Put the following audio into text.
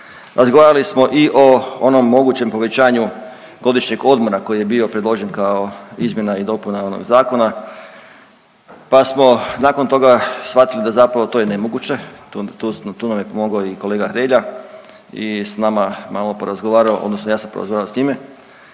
razgovarali smo i o onom mogućem povećanju godišnjih odmora koji je bio predložen kao izmjena i dopunama zakona pa smo nakon toga svatili da zapravo to je nemoguće, tu nam je pomogo i kolega Hrelja i s nama malo porazgovarao odnosno ja sam porazgovarao s njime,